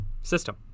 System